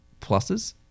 pluses